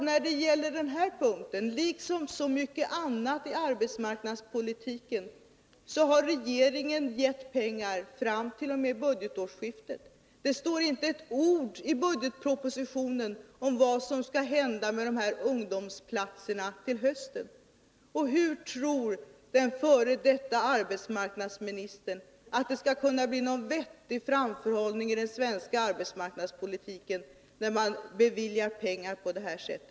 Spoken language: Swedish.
När det gäller den här punkten, liksom så mycket annat i arbetsmarknadspolitiken, har regeringen gett pengar fram t.o.m. budgetårsskiftet. Det står inte ett ord i budgetpropositionen om vad som skall hända med de här ungdomsplatserna till hösten. Och hur tror den f. d. arbetsmarknadsministern att det skall kunna bli någon vettig framförhållning i den svenska arbetsmarknadspolitiken, när man beviljar pengar på detta sätt?